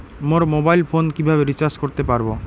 আমার mobile phone কিভাবে recharge করতে পারব?